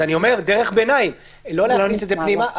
אז אני אומר דרך ביניים: לא להכניס את זה פנימה,